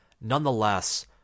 nonetheless